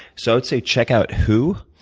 so i would say check out who,